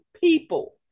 people